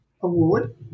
award